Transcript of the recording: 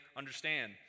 understand